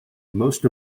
most